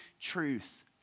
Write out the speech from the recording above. truth